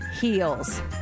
heels